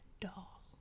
doll